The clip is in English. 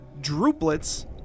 droplets